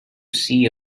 see